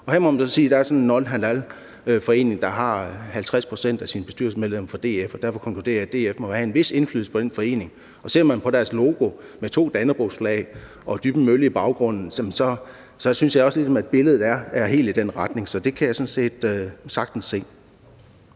er sådan en nonhalalforening, der har 50 pct. af sine bestyrelsesmedlemmer fra DF, og derfor konkluderer jeg, at DF må have en vis indflydelse på den forening. Og ser man på deres logo med to dannebrogsflag og Dybbøl Mølle i baggrunden, så synes jeg også, at billedet er helt i den retning. Så det kan jeg sådan set